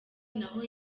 naho